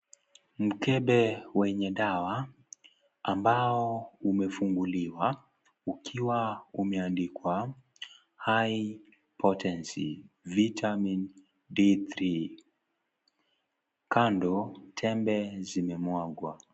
Mkebe wenye dawa ambao umefunguliwa ukiwa imeandikwa' high potency vitaminD3 'kando tembe zimemwagwa.